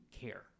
care